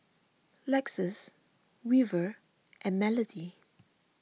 Lexis Weaver and Melodee